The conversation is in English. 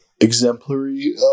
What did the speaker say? exemplary